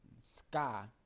Sky